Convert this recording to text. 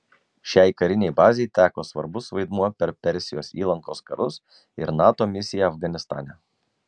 šiai karinei bazei teko svarbus vaidmuo per persijos įlankos karus ir nato misiją afganistane